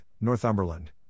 Northumberland